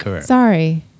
Sorry